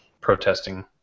protesting